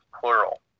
plural